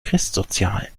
christsozialen